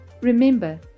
Remember